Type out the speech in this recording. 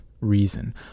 reason